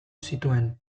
zituen